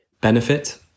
benefit